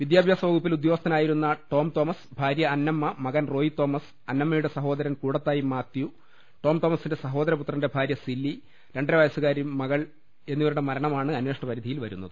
വിദ്യാഭ്യാസവകുപ്പിൽ ഉദ്യോഗസ്ഥനായിരുന്ന ടോംതോമസ് ഭാര്യ അന്നമ്മ മകൻ റോയി തോമസ് അന്നമ്മയുടെ സഹോദരൻ കൂടത്തായി മാത്യു ടോംതോമസിന്റെ സഹോദര പുത്രന്റെ ഭാര്യ സിലി രണ്ടരവയസ്സുകാരി മകൾ എന്നിവരുടെ മരണമാണ് അന്വേഷണ പരിധിയിൽ വരുന്നത്